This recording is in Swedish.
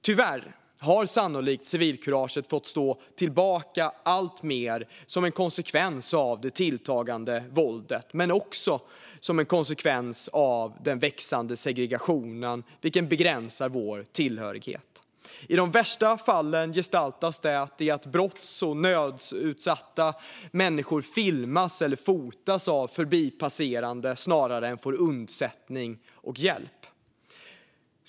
Tyvärr har civilkuraget fått stå tillbaka, sannolikt alltmer som en konsekvens av det tilltagande våldet men också på grund av den tilltagande segregationen vilken begränsar vår tillhörighet. I de värsta fallen gestaltas det i att brotts eller nödutsatta människor filmas eller fotas av förbipasserade snarare än får undsättning och hjälp.